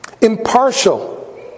impartial